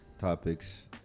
topics